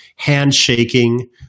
handshaking